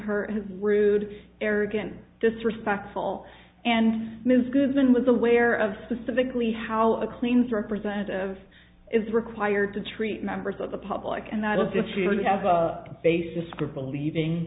as rude arrogant disrespectful and ms goodman was aware of specifically how the cleans representative is required to treat members of the public and i don't just have a basis for believing